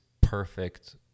perfect